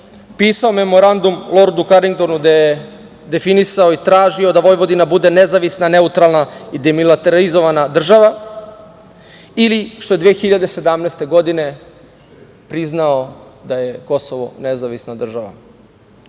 pisao memorandum lordu Karingtonu gde je definisao i tražio da Vojvodina bude nezavisna, neutralna i demilitarizovana država ili što je 2017. godine priznao da je Kosovo nezavisna država